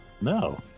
No